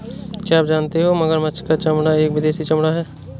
क्या आप जानते हो मगरमच्छ का चमड़ा एक विदेशी चमड़ा है